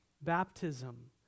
Baptism